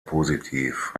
positiv